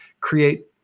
create